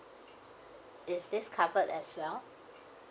is this covered as well